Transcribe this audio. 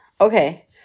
Okay